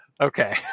okay